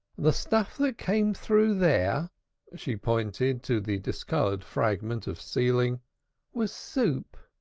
the stuff that came through there she pointed to the discolored fragment of ceiling was soup.